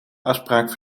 afspraak